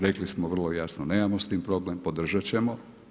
Rekli smo vrlo jasno nemamo s tim problem, podržat ćemo.